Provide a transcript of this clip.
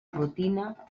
rutina